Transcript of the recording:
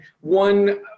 one